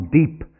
deep